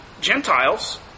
Gentiles